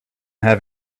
have